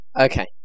Okay